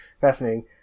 fascinating